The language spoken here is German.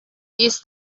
ist